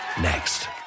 Next